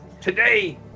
Today